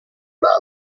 lado